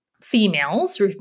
females